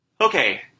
Okay